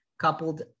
Coupled